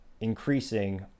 increasing